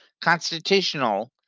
constitutional